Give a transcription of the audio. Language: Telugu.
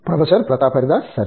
ప్రొఫెసర్ ప్రతాప్ హరిదాస్ సరే